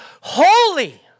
holy